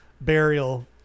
Burial